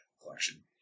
collection